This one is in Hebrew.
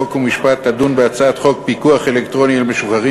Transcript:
חוק ומשפט תדון בהצעת חוק פיקוח אלקטרוני על משוחררים